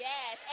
Yes